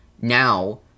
now